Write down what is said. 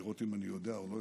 לראות אם אני יודע או לא.